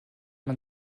man